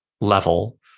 level